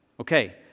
Okay